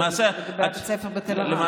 בית הספר בתל ערד.